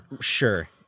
sure